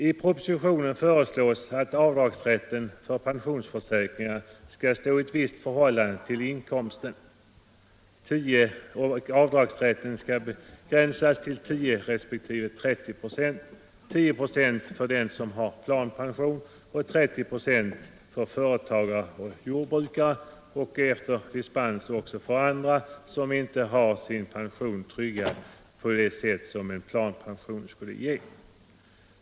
I propositionen föreslås att avdragsrätten för pensionsförsäkringar skall stå i ett visst förhållande till inkomsten. Avdragsrätten skall vara 10 96 av inkomsten för den som har planpension och 30 96 för företagare och jordbrukare och efter dispens också för andra som inte har sin pension i nivå med planpension.